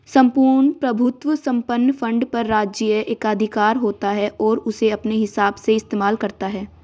सम्पूर्ण प्रभुत्व संपन्न फंड पर राज्य एकाधिकार होता है और उसे अपने हिसाब से इस्तेमाल करता है